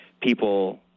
people